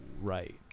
right